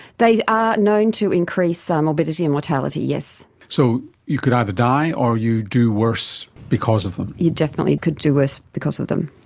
they are known to increase ah morbidity and mortality, yes. so you could either die or you do worse because of them. you definitely could do worse because of them.